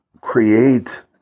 create